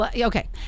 okay